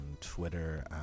Twitter